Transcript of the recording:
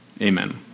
Amen